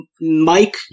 Mike